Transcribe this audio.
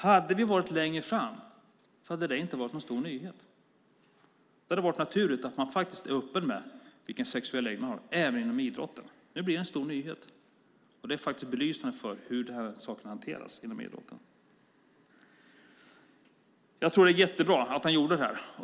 Hade vi kommit längre hade det inte varit någon stor nyhet. Det hade varit naturligt att vara öppen med vilken sexuell läggning man har även inom idrotten. Nu blir det en stor nyhet, och det är belysande för hur de här sakerna hanteras inom idrotten. Det är jättebra att han gjorde det här.